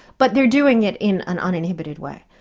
but they're doing it in an uninhibited way.